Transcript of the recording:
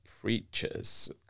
preachers